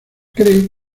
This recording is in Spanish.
cree